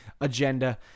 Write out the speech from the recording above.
agenda